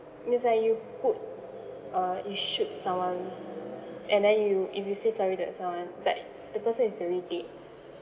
it's like you put uh you shoot someone and then you if you say sorry to that someone but the person is already dead